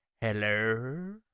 Hello